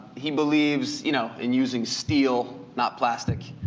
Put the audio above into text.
he believes you know in using steel, not plastic.